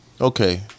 okay